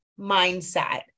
mindset